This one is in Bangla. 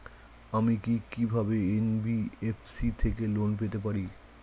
আমি কি কিভাবে এন.বি.এফ.সি থেকে লোন পেতে পারি?